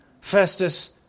Festus